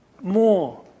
more